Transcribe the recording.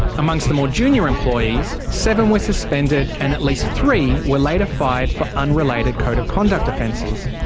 amongst the more junior employees, seven were suspended and at least three were later fired for unrelated code of conduct offences.